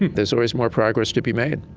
there's always more progress to be made.